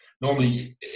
normally